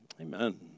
Amen